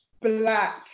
black